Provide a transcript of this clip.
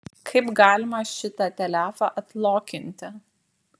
kaip galima šitą telefą atlokinti